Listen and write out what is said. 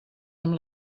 amb